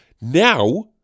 Now